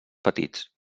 petits